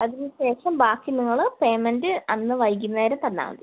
അതിന് ശേഷം ബാക്കി നിങ്ങൾ പേയ്മെൻറ്റ് അന്ന് വൈകുന്നേരം തന്നാൽ മതി